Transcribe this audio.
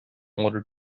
order